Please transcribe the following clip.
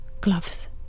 Gloves